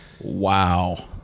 Wow